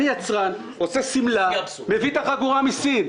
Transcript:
אני יצרן, עושה שמלה, מביא את החגורה מסין.